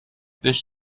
this